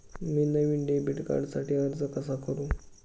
मी नवीन डेबिट कार्डसाठी अर्ज कसा करू?